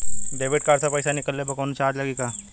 Debit card से पैसा निकलले पर कौनो चार्ज लागि का?